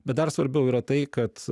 bet dar svarbiau yra tai kad